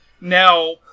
Now